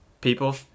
people